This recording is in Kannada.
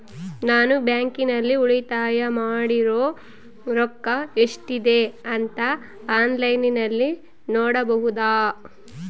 ನಾನು ಬ್ಯಾಂಕಿನಲ್ಲಿ ಉಳಿತಾಯ ಮಾಡಿರೋ ರೊಕ್ಕ ಎಷ್ಟಿದೆ ಅಂತಾ ಆನ್ಲೈನಿನಲ್ಲಿ ನೋಡಬಹುದಾ?